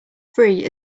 free